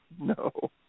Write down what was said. No